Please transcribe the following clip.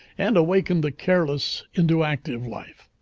and awakened the careless into active life.